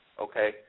Okay